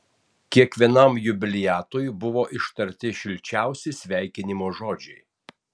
kiekvienam jubiliatui buvo ištarti šilčiausi sveikinimo žodžiai